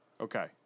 Okay